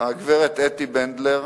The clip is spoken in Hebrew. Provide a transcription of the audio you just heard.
הגברת אתי בנדלר.